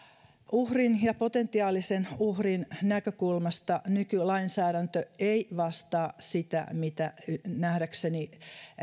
uhrin ja potentiaalisen uhrin näkökulmasta nykylainsäädäntö ei vastaa sitä mitä nähdäkseni